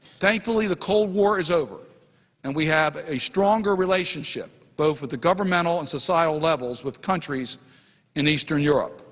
thankfully, the cold war is over and we have a stronger relationship, both with the governmental and societal levels with the countries in eastern europe.